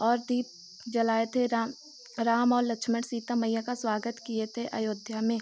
और दीप जलाए थे राम राम और लक्ष्मण सीता मैया का स्वागत किए थे अयोध्या में